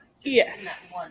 Yes